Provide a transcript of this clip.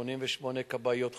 88 כבאיות חדשות,